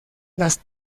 las